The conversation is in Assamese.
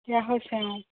দিয়া হৈছে